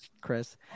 chris